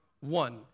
one